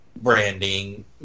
branding